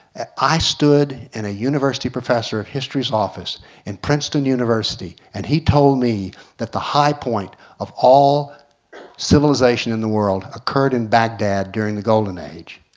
i stood in a university professor of history's office in princeton university and he told me that the high point of all civilization in the world occurred in baghdad during the golden age.